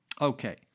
Okay